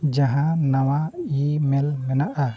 ᱡᱟᱦᱟᱸ ᱱᱟᱣᱟ ᱤᱼᱢᱮᱞ ᱢᱮᱱᱟᱜᱼᱟ